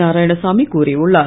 நாராயண சாமி கூறியுள்ளார்